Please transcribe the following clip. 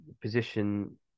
position